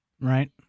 Right